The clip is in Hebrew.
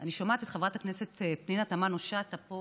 אני שומעת את חברת הכנסת פנינה תמנו-שטה פה,